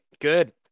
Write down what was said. good